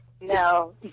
No